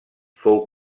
fou